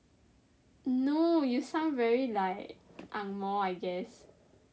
no you sound very like angmoh I guess